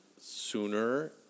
sooner